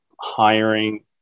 hiring